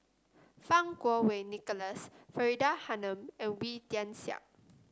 Fang Kuo Wei Nicholas Faridah Hanum and Wee Tian Siak